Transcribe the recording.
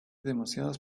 demasiadas